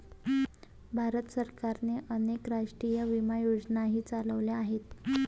भारत सरकारने अनेक राष्ट्रीय विमा योजनाही चालवल्या आहेत